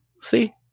See